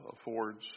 affords